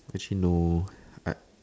actually no I